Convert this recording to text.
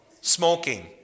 Smoking